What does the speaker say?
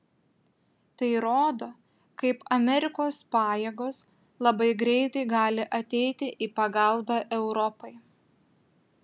tai rodo kaip amerikos pajėgos labai greitai gali ateiti į pagalbą europai